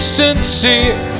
sincere